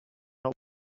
held